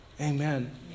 Amen